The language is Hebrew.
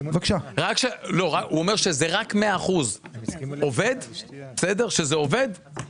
הוא אומר שזה רק מאה אחוזים עובד, תתחיל.